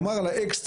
כלומר על האקסטרות,